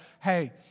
hey